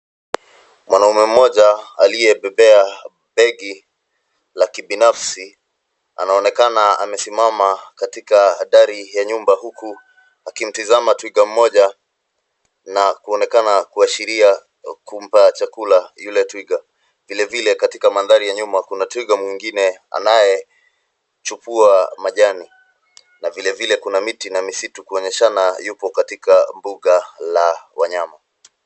Mwanaume mmoja aliyebebea begi la kibinafsi anaonekana amesimama katika dari ya nyumba huku akimtazama twiga moja na kuonekana kuashiria kumpa chakula yule twiga. Vilevile katika mandhari ya nyuma kuna twiga mwingine anayechukua majani, na vilevile kuna miti na misitu kuonyeshana yupo katika mbuga la wanyama.